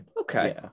Okay